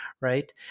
right